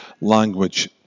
language